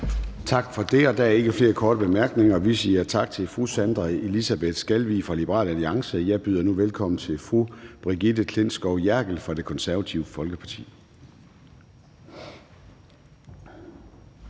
Tak for det. Og der er ikke flere korte bemærkninger. Vi siger tak til fru Sandra Elisabeth Skalvig fra Liberal Alliance. Jeg byder nu velkommen til fru Brigitte Klintskov Jerkel fra Det Konservative Folkeparti.